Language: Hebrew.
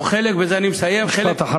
או חלק, בזה אני מסיים, משפט אחרון.